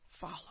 follow